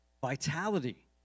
vitality